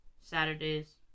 Saturdays